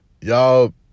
y'all